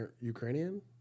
Ukrainian